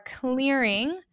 clearing